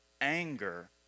anger